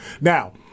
now